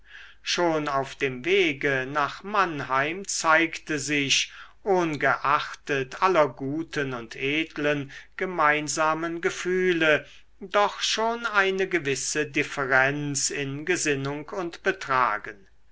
schon auf dem wege nach mannheim zeigte sich ohngeachtet aller guten und edlen gemeinsamen gefühle doch schon eine gewisse differenz in gesinnung und betragen